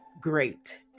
great